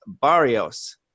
Barrios